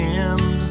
end